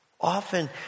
Often